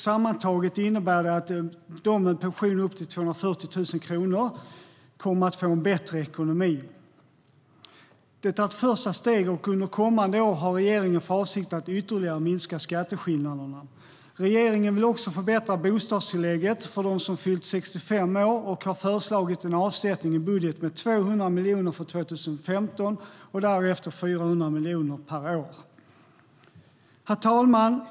Sammantaget innebär det att de med pension upp till 240 000 kronor kommer att få en bättre ekonomi. Det är ett första steg. Under kommande år har regeringen för avsikt att ytterligare minska skatteskillnaderna. Regeringen vill också förbättra bostadstillägget för dem som fyllt 65 år och har föreslagit en avsättning i budgeten med 200 miljoner för 2015 och därefter 400 miljoner per år. Herr talman!